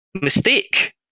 mistake